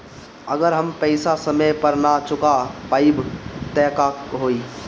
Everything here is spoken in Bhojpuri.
अगर हम पेईसा समय पर ना चुका पाईब त का होई?